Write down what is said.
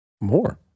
More